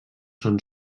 són